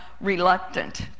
reluctant